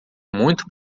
muito